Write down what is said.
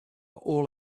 all